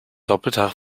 doppelter